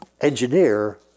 engineer